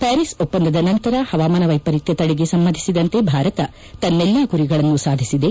Paris ಒಪ್ಪಂದದ ನಂತರ ಪವಾಮಾನ ವೈಪರಿತ್ಯ ತಡೆಗೆ ಸಂಬಂಧಿಸಿದಂತೆ ಭಾರತ ತನ್ನೆಲ್ಲಾ ಗುರಿಗಳನ್ನು ಸಾಧಿಸಿದೆ